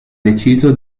deciso